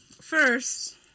first